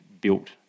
built